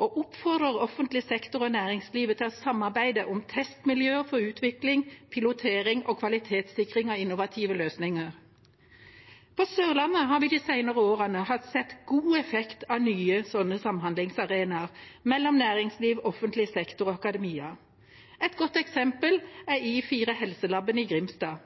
og oppfordrer offentlig sektor og næringslivet til å samarbeide om testmiljøer for utvikling, pilotering og kvalitetssikring av innovative løsninger. På Sørlandet har vi de senere årene sett god effekt av nye sånne samhandlingsarenaer mellom næringsliv, offentlig sektor og akademia. Et godt eksempel er i4Helse-laben i Grimstad.